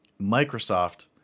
Microsoft